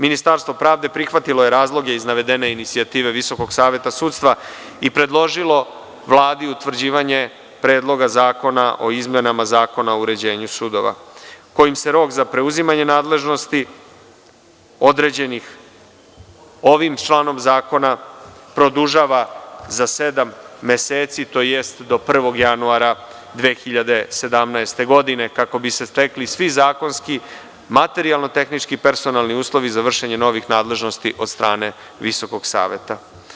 Ministarstvo pravde prihvatilo je razloge iz navedene inicijative Visokog saveta sudstva i predložilo Vladi utvrđivanje Predloga zakona o izmenama Zakona o uređenju sudova, kojim se rok za preuzimanje nadležnosti određenih ovim članom zakona, produžava za sedam meseci tj. do 1. januara 2017. godine, kako bi se stekli svi zakonski materijalno-tehnički personalni uslovi za vršenje novih nadležnosti od strane Visokog saveta.